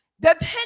depending